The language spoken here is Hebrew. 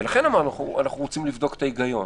מאחר ואני לא מאלה שמדליפים משיחות